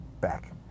back